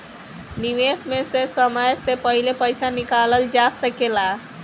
निवेश में से समय से पहले पईसा निकालल जा सेकला?